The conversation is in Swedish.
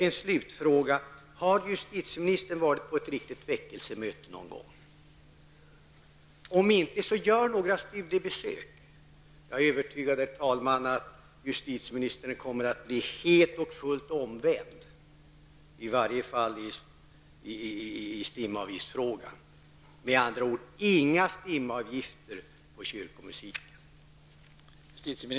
En slutfråga: Har justitieministern varit på ett riktigt väckelsemöte någon gång? Om inte, gör några studiebesök! Jag är, herr talman, övertygad om att justitieministern kommer att bli helt och fullt omvänd, i varje fall i STIM-avgiftsfrågan. Men andra ord: Inga STIM-avgifter på kyrkomusiken.